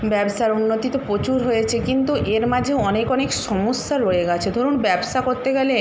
ব্যবসার উন্নতি তো প্রচুর হয়েছে কিন্তু এর মাঝেও অনেক অনেক সমস্যা রয়ে গিয়েছে ধরুন ব্যবসা করতে গেলে